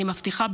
אני מבטיחה,